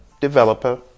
developer